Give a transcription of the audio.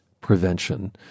Prevention